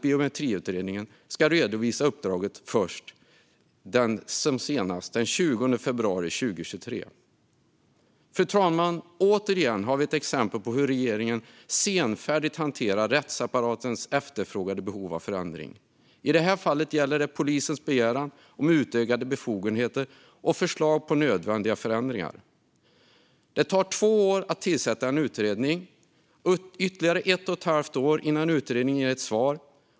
Biometriutredningen ska redovisa uppdraget senast den 20 februari 2023. Fru talman! Återigen har vi ett exempel på hur regeringen senfärdigt hanterar rättsapparatens efterfrågade behov av förändring. I detta fall gäller det polisens begäran om utökade befogenheter och förslag på nödvändiga förändringar. Det tar två år att tillsätta en utredning och ytterligare ett och ett halvt år innan utredningen ger ett svar.